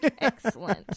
Excellent